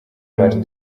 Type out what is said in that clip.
martin